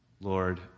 Lord